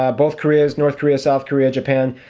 ah both korea's north korea, south korea, japan